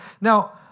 Now